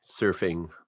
surfing